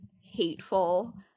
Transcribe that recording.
hateful